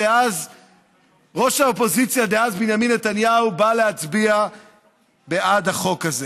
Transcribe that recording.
ראש האופוזיציה דאז בנימין נתניהו בא להצביע בעד החוק הזה,